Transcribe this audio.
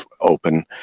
open